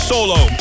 Solo